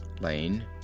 Lane